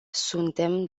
suntem